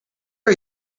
are